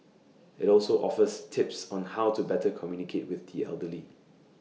IT also offers tips on how to better communicate with the elderly